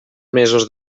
mesos